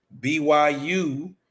BYU